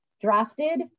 drafted